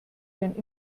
den